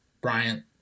Bryant